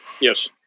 Yes